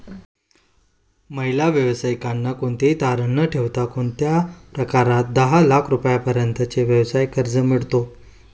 महिला व्यावसायिकांना कोणतेही तारण न ठेवता कोणत्या प्रकारात दहा लाख रुपयांपर्यंतचे व्यवसाय कर्ज मिळतो?